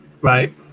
Right